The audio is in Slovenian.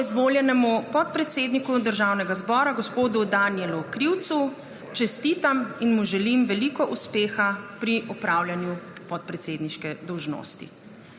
Novoizvoljenemu podpredsedniku Državnega zbora gospodu Danijelu Krivcu čestitam in mu želim veliko uspeha pri opravljanju podpredsedniške dolžnosti.